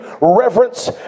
reverence